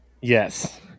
Yes